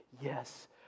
yes